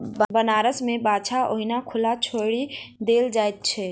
बनारस मे बाछा ओहिना खुला छोड़ि देल जाइत छै